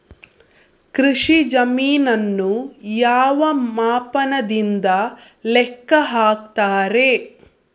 ಕೃಷಿ ಜಮೀನನ್ನು ಯಾವ ಮಾಪನದಿಂದ ಲೆಕ್ಕ ಹಾಕ್ತರೆ?